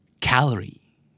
Calorie